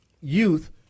youth